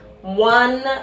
one